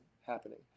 happening